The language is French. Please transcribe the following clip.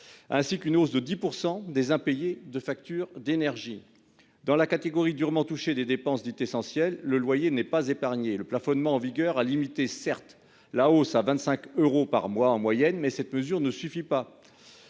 ainsi qu'une hausse de 10 % des factures d'énergie impayées. Au sein de la catégorie durement touchée des dépenses dites « essentielles », le loyer n'est pas épargné. Le plafonnement en vigueur a certes permis de limiter la hausse à 25 euros par mois en moyenne, mais cette mesure ne suffit pas.